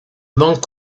monk